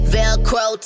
Velcro